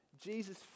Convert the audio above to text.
Jesus